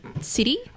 city